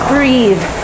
Breathe